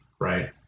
right